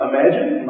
Imagine